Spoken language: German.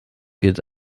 gilt